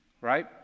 right